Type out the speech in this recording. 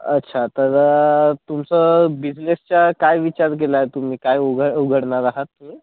अच्छा तर तुमचं बिजनेसच्या काय विचार केला आहे तुम्ही काय उघ उघडणार आहात तुम्ही